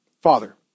Father